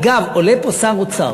אגב, עולה פה שר אוצר